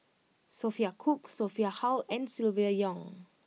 Sophia Cooke Sophia Hull and Silvia Yong